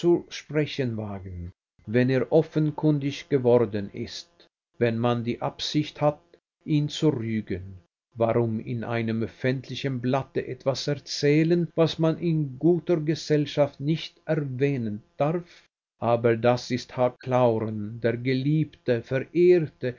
sprechen wagen wenn er offenkundig geworden ist wenn man die absicht hat ihn zu rügen warum in einem öffentlichen blatte etwas erzählen was man in guter gesellschaft nicht erwähnen darf aber das ist h clauren der geliebte verehrte